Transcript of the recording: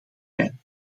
zijn